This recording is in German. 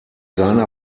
seiner